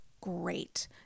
great